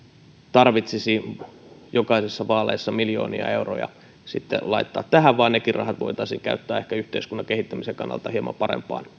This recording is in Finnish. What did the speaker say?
tarvitsisi jokaisissa vaaleissa miljoonia euroja sitten laittaa tähän vaan nekin rahat voitaisiin käyttää yhteiskunnan kehittämisen kannalta ehkä hieman parempaan